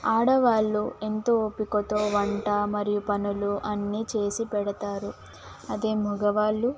ఆడవాళ్ళు ఎంతో ఓపికతో వంట మరియు పనులు అన్నీ చేసి పెడతారు అదే మగవాళ్ళు